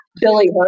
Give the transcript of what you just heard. Billy